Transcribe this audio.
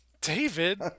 David